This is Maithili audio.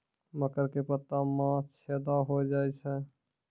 मकर के पत्ता मां छेदा हो जाए छै?